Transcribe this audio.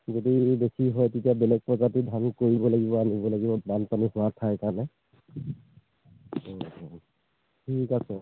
যদি বেছি হয় তেতিয়া বেলেগ প্ৰজাতি ধান কৰিব লাগিব আনিব লাগিব বানপানী হোৱা ঠাই কাৰণে অঁ ঠিক আছে